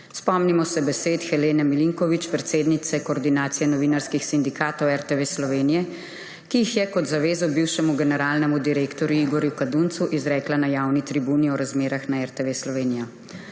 Spomnimo se besed Helene Milinković, predsednice Koordinacije novinarskih sindikatov RTV Slovenija, ki jih je kot zavezo bivšemu generalnemu direktorju Igorju Kaduncu izrekla na javni tribuni o razmerah na RTV Slovenija.